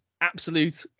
absolute